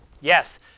Yes